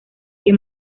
que